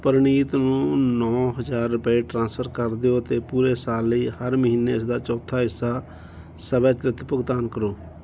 ਪ੍ਰਨੀਤ ਨੂੰ ਨੌ ਹਜ਼ਾਰ ਰਪਏ ਟ੍ਰਾਂਸਫਰ ਕਰ ਦਿਓ ਅਤੇ ਪੂਰੇ ਸਾਲ ਲਈ ਹਰ ਮਹੀਨੇ ਇਸਦਾ ਚੌਥਾ ਹਿੱਸਾ ਸਵੈਚਲਿਤ ਭੁਗਤਾਨ ਕਰੋ